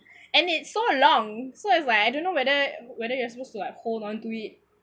and it's so long so it's like I don't know whether whether you are supposed to like hold on to it